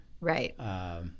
right